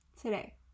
today